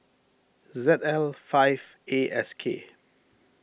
Z L five A S K